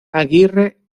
aguirre